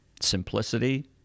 simplicity